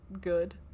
good